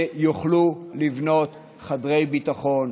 שיוכלו לבנות חדרי ביטחון